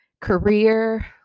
career